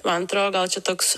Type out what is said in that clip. man atro gal čia toks